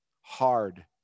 Hard